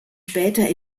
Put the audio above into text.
später